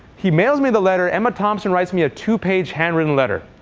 he mails me the letter. emma thompson writes me a two-page handwritten letter,